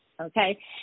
Okay